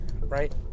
right